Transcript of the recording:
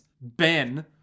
Ben